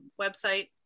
website